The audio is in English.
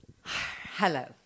Hello